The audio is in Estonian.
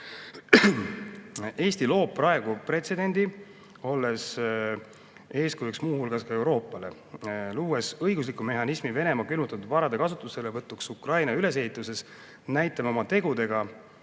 Eesti loob praegu pretsedendi, olles eeskujuks muu hulgas ka Euroopale, luues õigusliku mehhanismi Venemaa külmutatud varade kasutuselevõtuks Ukraina ülesehituses. Näitame oma tegudega